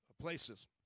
places